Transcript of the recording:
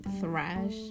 Thrash